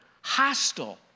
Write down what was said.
hostile